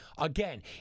Again